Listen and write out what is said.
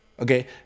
Okay